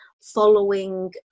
following